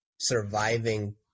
surviving